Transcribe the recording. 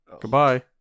Goodbye